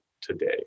today